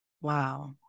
Wow